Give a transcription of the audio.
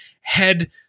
head